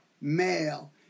male